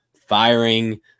firing